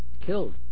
killed